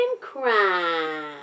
Crime